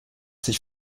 sich